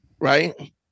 right